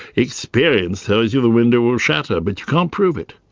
experience tells you the window will shatter, but you can't prove it.